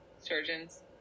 surgeons